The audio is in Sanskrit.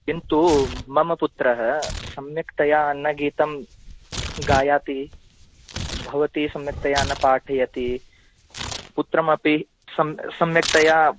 किन्तु मम पुत्रः सम्यकतया न गीतम् गायति भवति सम्यकतया न पाठयति पुत्रमपि सम् सम्यकतया